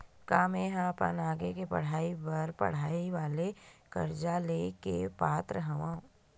का मेंहा अपन आगे के पढई बर पढई वाले कर्जा ले के पात्र हव?